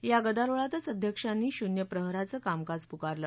या गदारोळातच अध्यक्षांनी शून्य प्रहराचं कामकाज पुकारलं